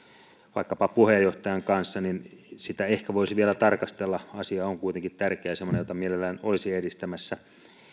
vaikkapa sen puheenjohtajan kanssa ja sitä ehkä voisi vielä tarkastella asia on kuitenkin tärkeä ja semmoinen jota mielellään olisi edistämässä